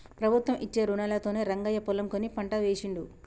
ప్రభుత్వం ఇచ్చే రుణాలతోనే రంగయ్య పొలం కొని పంట వేశిండు